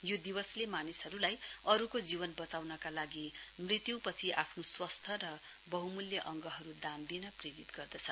यो दिवसले मानिसहरुलाई अरुको जीवन बचाउनका लागि मृत्युपछि आफ्नो स्वास्य र वहूमूल्य अङ्गहरु दान दिन प्रेरित गर्दछ